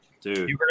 dude